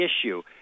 issue